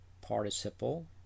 participle